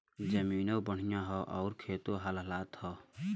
जमीनों बढ़िया हौ आउर खेतो लहलहात हौ